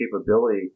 capability